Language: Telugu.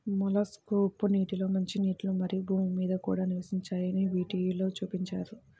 మొలస్క్లు ఉప్పు నీటిలో, మంచినీటిలో, మరియు భూమి మీద కూడా నివసిస్తాయని టీవిలో చూపించారు